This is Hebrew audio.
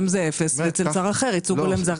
זה אפס ואצל אחר ייצוג הולם הוא 10. לא.